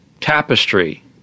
tapestry